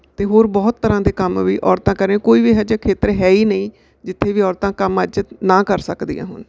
ਅਤੇ ਹੋਰ ਬਹੁਤ ਤਰ੍ਹਾਂ ਦੇ ਕੰਮ ਵੀ ਔਰਤਾਂ ਕਰ ਰਹੀਆਂ ਕੋਈ ਵੀ ਇਹ ਜਿਹਾ ਖੇਤਰ ਹੈ ਹੀ ਨਹੀਂ ਜਿੱਥੇ ਵੀ ਔਰਤਾਂ ਕੰਮ ਅੱਜ ਨਾ ਕਰ ਸਕਦੀਆਂ ਹੋਣ